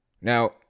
Now